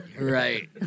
Right